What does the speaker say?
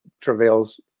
travails